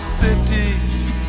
cities